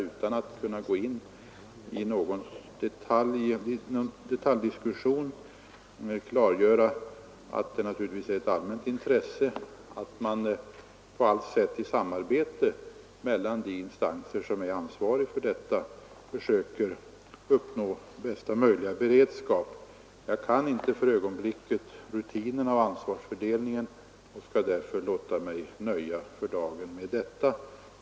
Utan att gå in i någon detaljdiskussion vill jag klargöra att det är ett allmänt intresse att man på allt sätt i samarbete mellan de instanser som är ansvariga för detta försöker uppnå bästa möjliga beredskap. Jag är inte insatt i rutinerna och ansvarsfördelningen på området just nu, och jag skall därför nöja mig för dagen med det sagda.